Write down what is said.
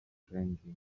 changing